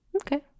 Okay